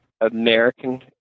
American